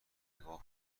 نگاه